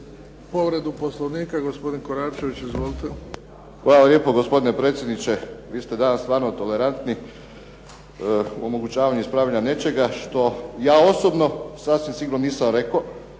povredu Poslovnika gospodin Koračević. Izvolite. **Koračević, Zlatko (HNS)** Hvala lijepo gospodine predsjedniče, vi ste danas stvarno tolerantni, omogućavanje ispravljanje nečega što ja osobno sasvim sigurno nisam rekao